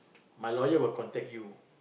my lawyer will contact you